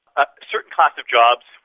a certain class of jobs,